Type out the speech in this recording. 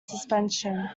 suspension